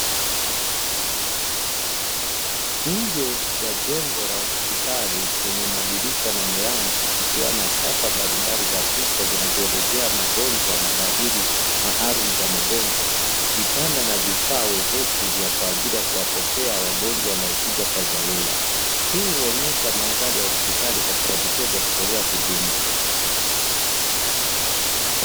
Nje ya jengo la hospitali lenye madirisha na milango, ikiwa na chapa mbalimbali za picha zinazoelezea magonjwa na dalili maalumu za magonjwa; vitanda na vifaa wezeshi kwa ajili ya kuwapokea wagonjwa wanaokuja kwa dharura. Hii huonyesha mandhari ya hospitali katika vituo vya kutolea huduma.